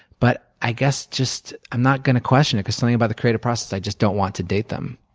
but i guess just i'm not going to question it because something about the creative process i just don't want to date them.